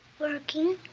working.